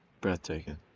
Breathtaking